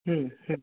হুম হুম